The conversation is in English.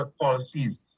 policies